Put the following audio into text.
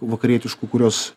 vakarietiškų kurios